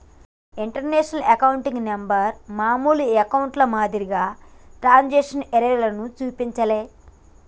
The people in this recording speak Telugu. ఇంటర్నేషనల్ అకౌంట్ నంబర్ మామూలు అకౌంట్ల మాదిరిగా ట్రాన్స్క్రిప్షన్ ఎర్రర్లను చూపించలే